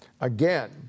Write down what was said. Again